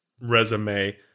resume